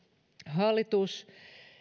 hallitus